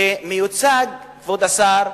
שמיוצג, כבוד השר,